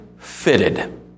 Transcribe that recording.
fitted